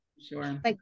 Sure